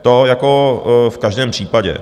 To jako v každém případě.